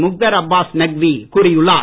முக்தார் அப்பாஸ் நக்வி கூறியுள்ளார்